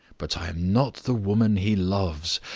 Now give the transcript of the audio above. but i am not the woman he loves.